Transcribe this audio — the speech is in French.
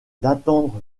d’attendre